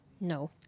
No